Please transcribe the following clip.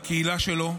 לקהילה שלו.